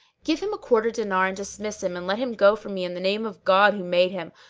give him a quarter dinar and dismiss him and let him go from me in the name of god who made him.